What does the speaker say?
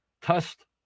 test